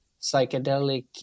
psychedelic